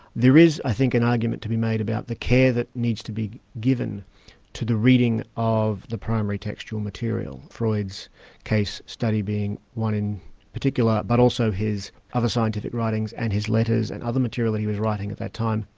there is, i think, an argument to be made about the care that needs to be given to the reading of the primary textual material, freud's case study being one in particular, but also his other scientific writings, and his letters and other material that he was writing at that time,